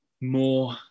more